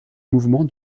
mouvement